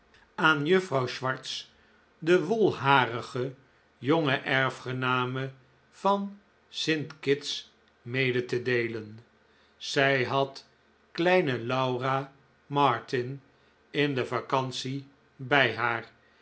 aan juffrouw swartz de wolharige jonge erfgename van st kitts mede te deelen zij had kleine laura martin in de vacantie bij haar